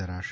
ધરાશે